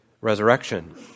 resurrection